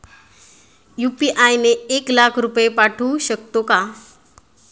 UPI ने एक लाख रुपये पाठवू शकतो का?